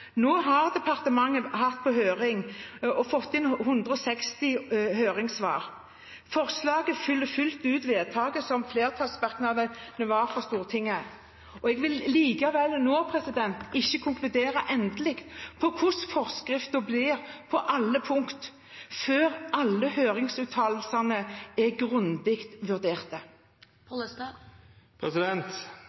Nå har departementet hatt høring og fått inn 160 høringssvar. Forslaget følger fullt ut stortingsvedtaket. Jeg vil likevel nå ikke konkludere endelig med hvordan forskriften blir på alle punkt, før alle høringsuttalelsene er grundig vurdert.